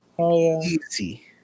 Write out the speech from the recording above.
Easy